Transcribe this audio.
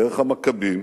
דרך המכבים,